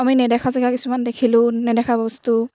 আমি নেদেখা জেগা কিছুমান দেখিলোঁ নেদেখা বস্তু